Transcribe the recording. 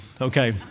Okay